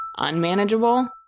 unmanageable